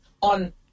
on